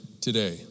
today